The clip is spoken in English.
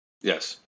Yes